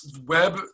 web